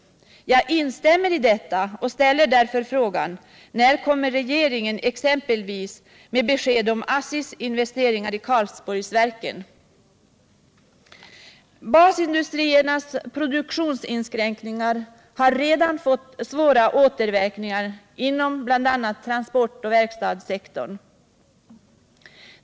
Jag instämmer i detta och ställer därför frågan: När kommer regeringen med besked om exempelvis ASSI:s investering i Karlsborgsverken? Basindustriernas produktionsinskränkningar har redan fått svåra återverkningar inom bl.a. transportoch verkstadssektorn.